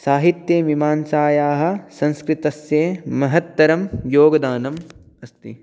साहित्यमीमांसायाः संस्कृतस्य महत्तरं योगदानम् अस्ति